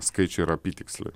skaičiai yra apytiksliai